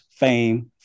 Fame